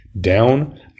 down